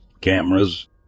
cameras